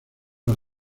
las